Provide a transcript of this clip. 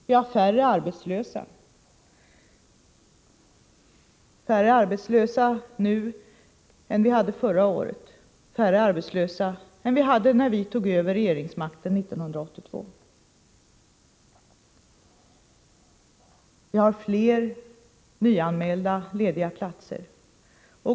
Vi har färre arbetslösa nu än vi hade förra året, färre än när vi tog över regeringsmakten 1982. Vi har fler nyanmälda lediga platser.